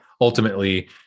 Ultimately